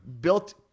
built